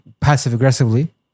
passive-aggressively